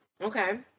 okay